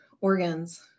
organs